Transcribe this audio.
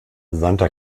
santa